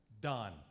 done